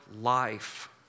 life